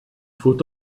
faut